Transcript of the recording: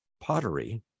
pottery